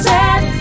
Set